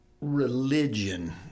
religion